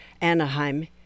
Anaheim